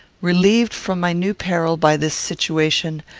relieved from my new peril by this situation,